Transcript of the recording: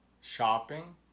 shopping